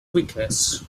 weakness